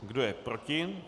Kdo je proti?